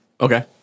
Okay